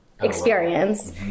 experience